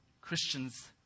Christians